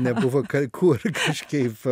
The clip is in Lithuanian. nebuvo kai kur kažkaip